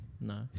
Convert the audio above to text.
No